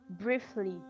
briefly